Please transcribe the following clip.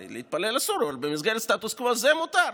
הרי להתפלל אסור, אבל במסגרת הסטטוס-קוו זה מותר.